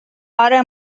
آره